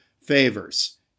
favors